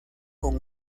con